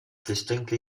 distinctly